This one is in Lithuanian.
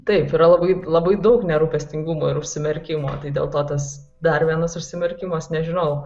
taip yra labai labai daug nerūpestingumo ir užsimerkimo tai dėl to tas dar vienas užsimerkimas nežinau